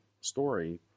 story